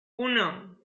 uno